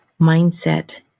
mindset